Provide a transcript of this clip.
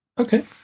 Okay